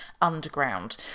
underground